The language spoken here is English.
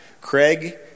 Craig